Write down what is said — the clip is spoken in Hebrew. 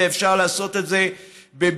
ואפשר לעשות את זה ב-BOT.